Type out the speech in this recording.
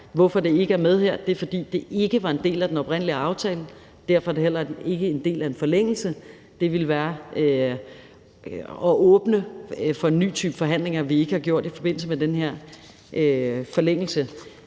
hvorfor det ikke er med her: Det er, fordi det ikke var en del af den oprindelige aftale, og derfor er det heller ikke en del af en forlængelse. Det ville være at åbne for en ny type forhandlinger, som vi ikke har haft i forbindelse med den her forlængelse.